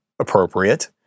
appropriate